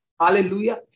Hallelujah